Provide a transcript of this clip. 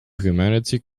humanity